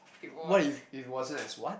what if it wasn't as what